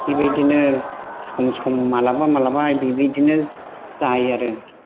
बेबायदिनो सम सम माब्लाबा माब्लाबा बेबायदिनो जायो आरो